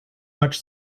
much